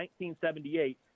1978